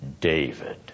David